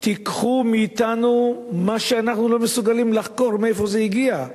תיקחו מאתנו מה שאנחנו לא מסוגלים לחקור מאיפה זה הגיע.